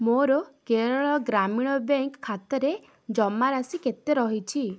ମୋର କେରଳ ଗ୍ରାମୀଣ ବ୍ୟାଙ୍କ ଖାତାରେ ଜମାରାଶି କେତେ ରହିଛି